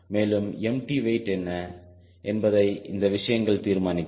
மேலும் empty weight என்ன என்பதை அந்த விஷயங்கள் தீர்மானிக்கும்